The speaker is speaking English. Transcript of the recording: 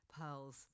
pearls